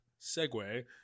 segue